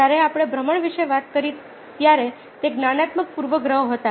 જ્યારે આપણે ભ્રમણા વિશે વાત કરી ત્યારે તે જ્ઞાનાત્મક પૂર્વગ્રહો હતા